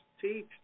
teach